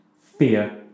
fear